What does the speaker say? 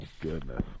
Goodness